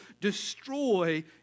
destroy